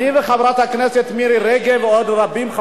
אני וחברת הכנסת מירי רגב ועוד רבים,